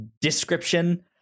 description